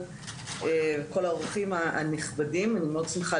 כל צד צריך קצת להצטמצם ולכן כשאני מסתכל